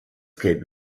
gelbe